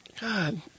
God